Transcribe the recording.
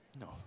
No